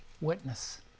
witness